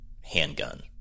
handgun